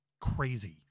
crazy